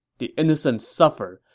the innocent suffer,